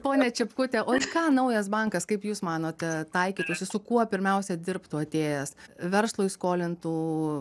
ponia čipkute o ką naujas bankas kaip jūs manote taikytųsi su kuo pirmiausia dirbtų atėjęs verslui skolintų